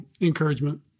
encouragement